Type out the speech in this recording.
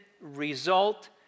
result